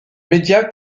médias